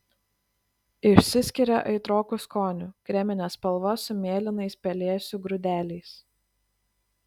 išsiskiria aitroku skoniu kremine spalva su mėlynais pelėsių grūdeliais